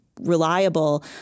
reliable